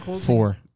Four